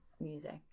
Music